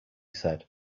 said